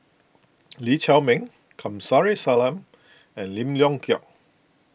Lee Chiaw Meng Kamsari Salam and Lim Leong Geok